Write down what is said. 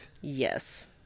Yes